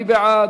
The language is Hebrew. מי בעד?